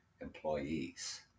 employees